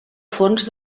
fons